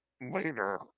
later